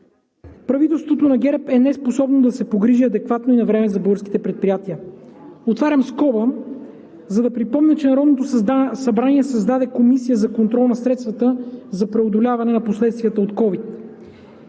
правителството на ГЕРБ е неспособно да се погрижи адекватно и навреме за българските предприятия. Отварям скоба, за да припомня, че Народното събрание създаде Комисия за контрол на средствата за преодоляване на последствията от COVID.